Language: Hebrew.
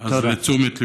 אז, תשומת ליבנו.